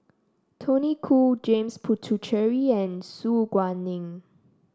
Tony Khoo James Puthucheary and Su Guaning